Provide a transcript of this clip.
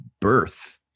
birth